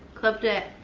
clipped it.